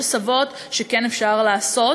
יש הסבות שכן אפשר לעשות,